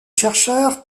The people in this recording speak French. chercheurs